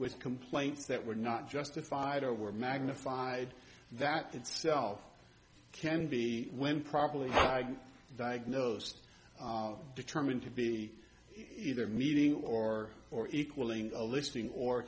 with complaints that were not justified or were magnified that itself can be when properly diagnosed determined to be either meeting or or equaling a listing or